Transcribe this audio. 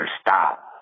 stop